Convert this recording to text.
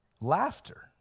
Laughter